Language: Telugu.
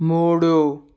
మూడు